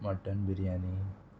mutton biryani